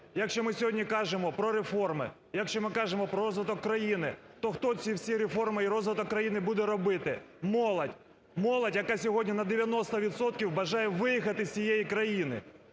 Якщо ми сьогодні кажемо про реформи, якщо ми кажемо про розвиток країни, то хто ці всі реформи і розвиток країни буде робити? Молодь. Молодь, яка сьогодні на 90 відсотків бажає виїхати з цієї країни.